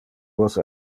vos